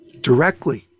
directly